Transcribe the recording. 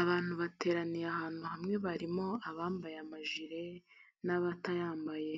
Abantu bateraniye ahantu hamwe harimo abambaye amajire n'abatayambaye,